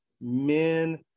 men